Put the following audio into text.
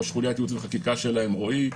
ראש חוליית ייעוץ וחקיקה שלהם רועי,